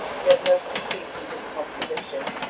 he had no conceit in his composition,